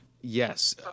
Yes